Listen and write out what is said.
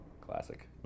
Classic